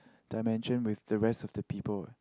dimension with the rest of the people leh